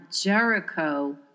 Jericho